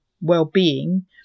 well-being